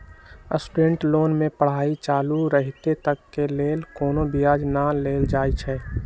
student loan में पढ़ाई चालू रहइत तक के लेल कोनो ब्याज न लेल जाइ छइ